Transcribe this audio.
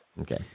Okay